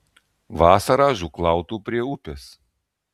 vasarą žūklautų prie upės